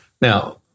now